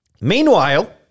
Meanwhile